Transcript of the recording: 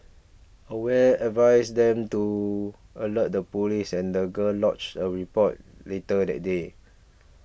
aware advised them to alert the police and the girl lodged a report later that day